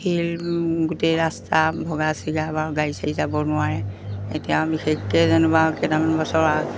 শিল গোটেই ৰাস্তা ভগা চিগা বাৰু গাড়ী চাৰি যাব নোৱাৰে এতিয়া বিশেষকৈ যেনিবা কেইটামান বছৰ